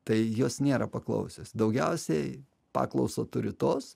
tai jos nėra paklausios daugiausiai paklausą turi tos